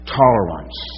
tolerance